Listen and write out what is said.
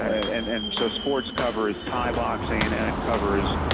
and and so sports covers thai boxing, and and it covers